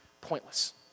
pointless